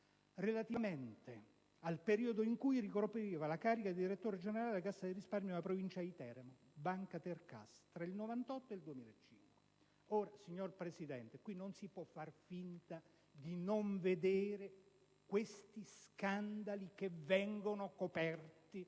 relativamente al periodo in cui ricopriva la carica di direttore generale della Cassa di risparmio della Provincia di Teramo, Banca Tercas, tra il 1998 ed il 2005. Signor Presidente, non si può far finta di non vedere questi scandali che vengono coperti